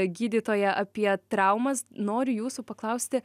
gydytoją apie traumas noriu jūsų paklausti